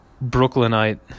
Brooklynite